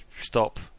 stop